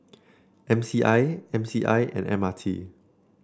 M C I M C I and M R T